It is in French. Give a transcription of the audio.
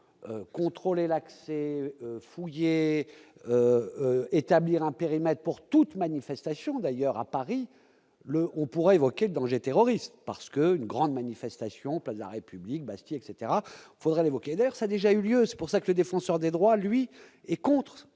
contrôler l'accès établir un périmètre pour toute manifestation d'ailleurs à Paris le on pourrait évoquer le danger terroriste parce que, une grande manifestation pas la République Bastille etc faudrait l'évoquer ailleurs ça a déjà eu lieu, c'est pour ça que les défenseurs des droits lui est contre